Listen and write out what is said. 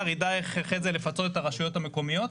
ידע איך אחרי זה לפצות את הרשויות המקומיות,